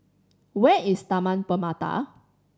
where is Taman Permata